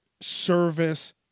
service